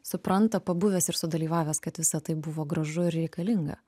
supranta pabuvęs ir sudalyvavęs kad visa tai buvo gražu ir reikalinga